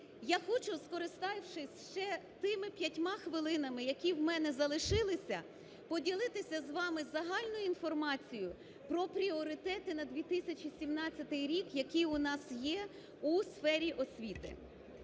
Я хоче, скориставшись ще тими 5 хвилинами, які у мене залишилися, поділитися з вами загальною інформацією про пріоритети на 2017 рік, які у нас є у сфері освіти.